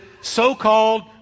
so-called